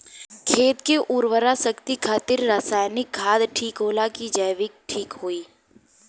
खेत के उरवरा शक्ति खातिर रसायानिक खाद ठीक होला कि जैविक़ ठीक होई?